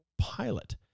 Pilot